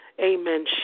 Amen